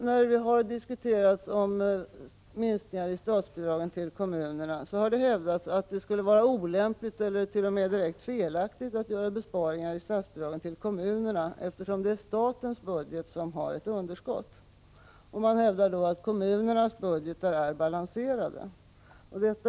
När minskningar i statsbidraget till kommunerna har diskuterats, har det ibland hävdats att det är olämpligt eller direkt felaktigt att göra besparingar i statsbidragen till kommunerna, eftersom det är statens budget som har ett underskott. Kommunernas budgetar är balanserade. hävdas det.